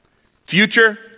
Future